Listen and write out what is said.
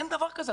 אין דבר כזה.